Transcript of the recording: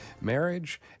marriage